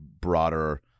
broader